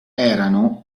erano